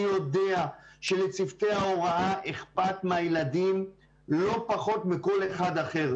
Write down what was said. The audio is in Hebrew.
אני יודע שלצוותי ההוראה אכפת מהילדים לא פחות מכל אחד אחר,